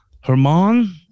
Herman